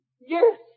Yes